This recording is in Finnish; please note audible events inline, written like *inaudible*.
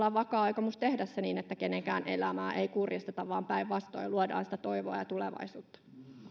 *unintelligible* on vakaa aikomus tehdä se niin että kenenkään elämää ei kurjisteta vaan päinvastoin luodaan sitä toivoa ja tulevaisuutta